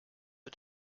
are